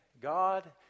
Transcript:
God